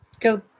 go